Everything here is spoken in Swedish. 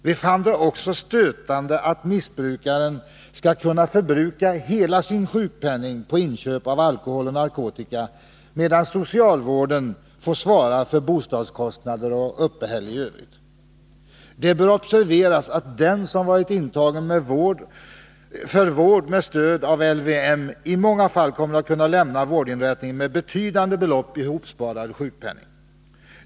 Vi fann det också stötande att missbrukare skall kunna förbruka hela sin sjukpenning på inköp av alkohol och narkotika, medan socialvården får svara för boendekostnader och uppehälle i övrigt. Det bör observeras att den som varit intagen för vård med stöd av LVM i många fall kommer att kunna lämna vårdinrättningen med betydande belopp i hopsparad sjukpenning.